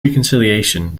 reconciliation